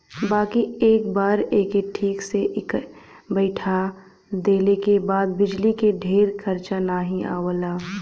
बाकी एक बार एके ठीक से बैइठा देले के बाद बिजली के ढेर खरचा नाही आवला